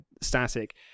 Static